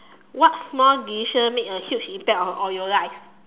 what small decision made a huge impact on on your life